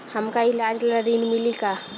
हमका ईलाज ला ऋण मिली का?